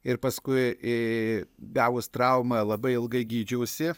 ir paskui į gavus traumą labai ilgai gydžiausi